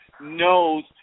knows